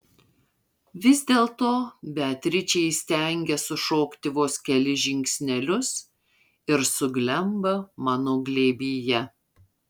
vis dėlto beatričė įstengia sušokti vos kelis žingsnelius ir suglemba mano glėbyje